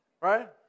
right